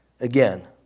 Again